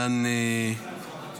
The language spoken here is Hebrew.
בעניין --- סיבכו אותך עם התשובה.